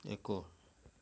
ଏକ